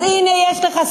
אז הנה יש לך,